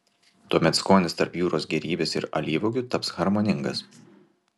tuomet skonis tarp jūros gėrybės ir alyvuogių taps harmoningas